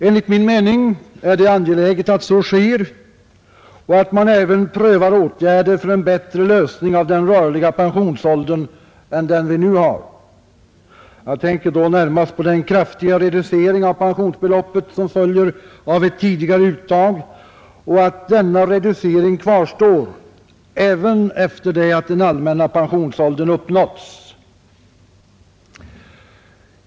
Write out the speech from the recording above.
Enligt min mening är det angeläget att så sker och att man även prövar åtgärder för en bättre lösning av den rörliga pensionsåldern än den vi nu har. Jag tänker närmast på den kraftiga reducering av pensionsbeloppet som följer av ett tidigare uttag och att denna reducering kvarstår även efter det att den allmänna pensionsåldern uppnåtts.